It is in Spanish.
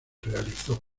realizó